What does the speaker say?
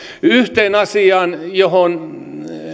yhteen asiaan johon